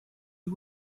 you